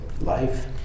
life